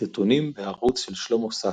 סרטונים בערוץ של שלמה שש,